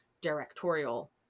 directorial